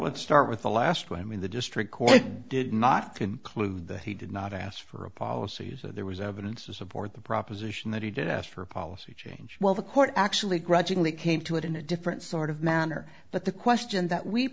let's start with the last one when the district court did not conclude that he did not ask for a policies there was evidence to support the proposition that he did ask for a policy change while the court actually grudgingly came to it in a different sort of manner but the question that we